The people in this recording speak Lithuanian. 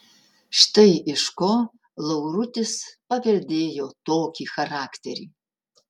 štai iš ko laurutis paveldėjo tokį charakterį